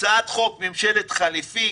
הצעת חוק ממשלת חילופים,